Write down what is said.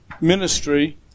ministry